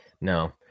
No